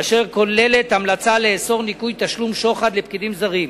אשר כוללת המלצה לאסור ניכוי תשלום שוחד לפקידים זרים.